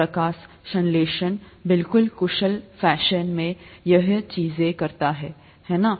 प्रकाश संश्लेषण बिल्कुल कुशल फैशन में यही चीज़ करता है है ना